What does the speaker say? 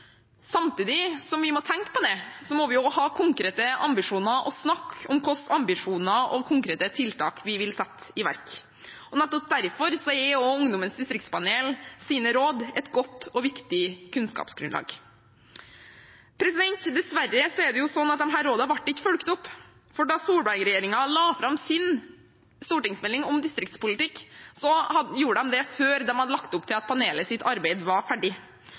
Samtidig som vi må tenke på det, må vi også ha konkrete ambisjoner og snakke om hva slags ambisjoner og konkrete tiltak vi vil sette i verk. Nettopp derfor er også rådene fra Ungdommens distriktspanel et godt og viktig kunnskapsgrunnlag. Dessverre ble ikke disse rådene fulgt opp, for da Solberg-regjeringen la fram sin stortingsmelding om distriktspolitikk, gjorde de det før de hadde lagt opp til at panelets arbeid var ferdig.